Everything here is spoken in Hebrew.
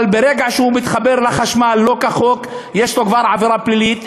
אבל ברגע שהוא מתחבר לחשמל שלא כחוק יש לו כבר עבירה פלילית,